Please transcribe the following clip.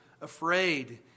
afraid